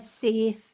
safe